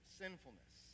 sinfulness